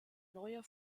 neuer